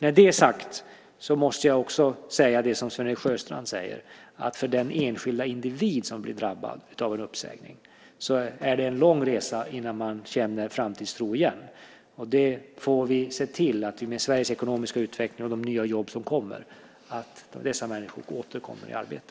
Med det sagt måste jag också säga det som Sven-Erik Sjöstrand säger, att för den enskilda individ som blir drabbad av en uppsägning är det en lång resa innan man känner framtidstro igen. Vi får se till, med Sveriges ekonomiska utveckling och de nya jobb som kommer, att dessa människor kommer i arbete.